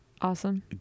Awesome